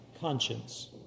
conscience